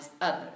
others